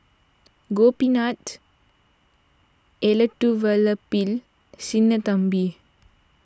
Gopinath Elattuvalapil Sinnathamby